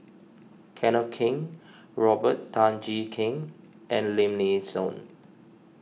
Kenneth Keng Robert Tan Jee Keng and Lim Nee Soon